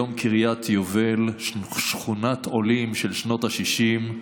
היום קריית יובל, שכונת עולים של שנות השישים,